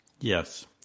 Yes